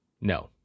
no